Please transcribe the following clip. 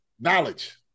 knowledge